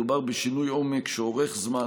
מדובר בשינוי עומק שאורך זמן,